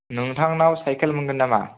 नोंथांनाव साइकेल मोनगोन नामा